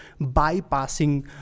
bypassing